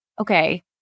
Okay